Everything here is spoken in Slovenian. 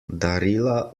darila